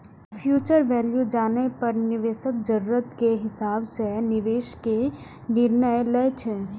future value जानै पर निवेशक जरूरत के हिसाब सं निवेश के निर्णय लै छै